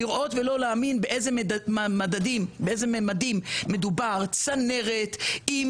לראות ולא להאמין באילו ממדים מדובר: צנרת עם